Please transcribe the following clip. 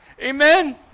Amen